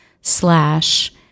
slash